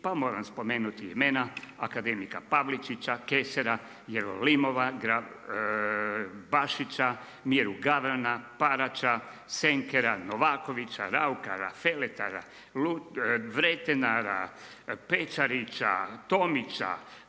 pa moram spomenuti imena akademika Pavličića, Kesera, Jerolimova, Bašića, Miru Gavrana, Paraća, Senkera, Novakovića, RAukara, Feletara, Vretenara, Pečarića, Tomića,